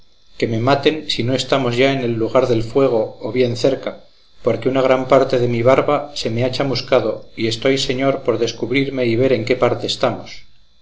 que me maten si no estamos ya en el lugar del fuego o bien cerca porque una gran parte de mi barba se me ha chamuscado y estoy señor por descubrirme y ver en qué parte estamos